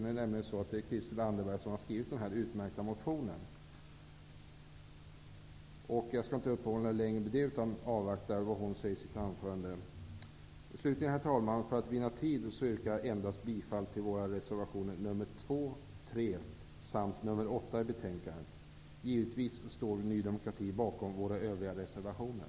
Det är nämligen Christel Anderberg som har väckt denna utmärkta motion. Jag skall inte uppehålla kammaren längre, utan jag avvaktar det som hon säger i sitt anförande. Herr talman! För att vinna tid yrkar jag slutligen bifall endast till våra reservationer nr 2, nr 3 och nr 8, som är fogade till betänkandet. Givetvis står vi i Ny demokrati bakom våra övriga reservationer.